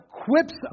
equips